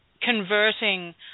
converting